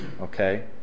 okay